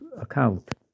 account